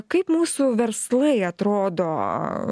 kaip mūsų verslai atrodo